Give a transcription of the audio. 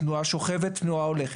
תנועה שוכבת ותנועה הולכת.